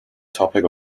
topic